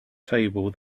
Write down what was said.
table